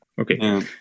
Okay